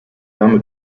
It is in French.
armes